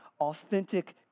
authentic